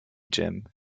jim